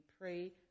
pray